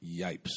Yipes